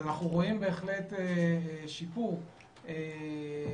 אנחנו רואים בהחלט שיפור במגזרים,